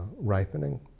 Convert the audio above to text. ripening